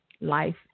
life